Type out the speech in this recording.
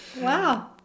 wow